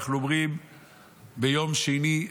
שאנחנו אומרים ביום שני,